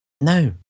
No